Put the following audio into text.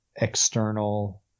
external